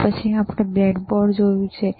પછી આપણે બ્રેડબોર્ડ જોયું છે ને